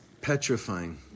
petrifying